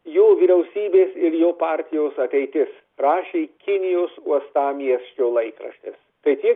jo vyriausybės ir jo partijos ateitis rašė kinijos uostamiesčio laikraštis tai tiek